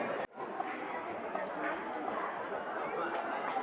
gooseberry ಅಂದುರ್ ನೆಲ್ಲಿಕಾಯಿ ಹಣ್ಣ ಇದು ರೈಬ್ಸ್ ಅನದ್ ಒಂದ್ ಬೆರೀಸ್ ಹಣ್ಣಿಂದ್ ಜಾತಿಗ್ ಸೇರ್ತಾವ್